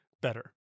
better